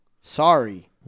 Sorry